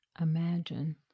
imagine